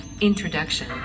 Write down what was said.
Introduction